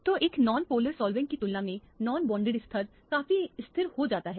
तो एक non polar solvent की तुलना में नॉनबोंडेड स्तर काफी स्थिर हो जाता है